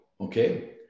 okay